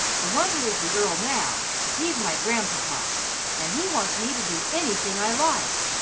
the one who is the earl now, he's my grandpapa and he wants me to do anything i like.